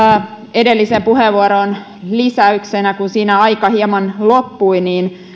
edelliseen puheenvuoroon lisäyksenä kun siinä aika hieman loppui